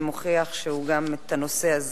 שמוכיח שגם הנושא הזה,